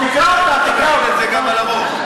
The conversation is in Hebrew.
אתה מחיל את זה גם על הרוב?